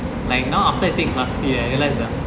like now after I take class three right I realised ah